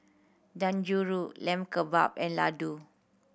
Dangojiru Lamb Kebab and Ladoo